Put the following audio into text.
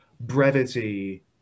brevity